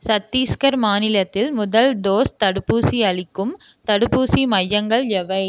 சத்தீஸ்கர் மாநிலத்தில் முதல் டோஸ் தடுப்பூசி அளிக்கும் தடுப்பூசி மையங்கள் எவை